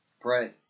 pray